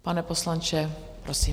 Pane poslanče, prosím.